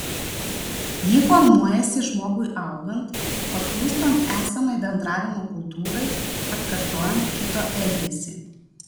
ji formuojasi žmogui augant paklūstant esamai bendravimo kultūrai atkartojant kito elgesį